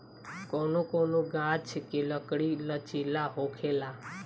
कौनो कौनो गाच्छ के लकड़ी लचीला होखेला